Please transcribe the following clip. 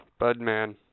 Budman